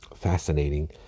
fascinating